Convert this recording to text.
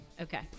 Okay